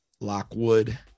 lockwood